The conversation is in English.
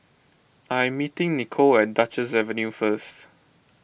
I am meeting Nicolle at Duchess Avenue first